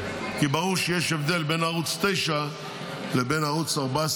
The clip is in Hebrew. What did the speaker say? כי ברור שיש הבדל בין ערוץ 9 לבין ערוץ 14